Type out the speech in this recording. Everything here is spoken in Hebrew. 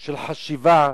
של חשיבה,